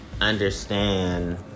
understand